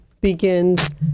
begins